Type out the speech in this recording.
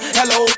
hello